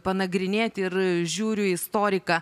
panagrinėti ir žiūriu į istoriką